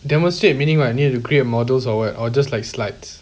demonstrate meaning what you need to create models or what or just like slides